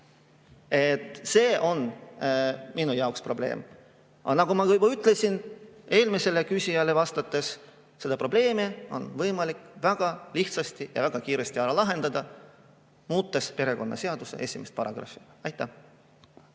See on minu jaoks probleem. Aga nagu ma juba ütlesin eelmisele küsijale vastates, see probleem on võimalik väga lihtsasti ja väga kiiresti ära lahendada, muutes perekonnaseaduse esimest paragrahvi. Mihhail